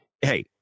hey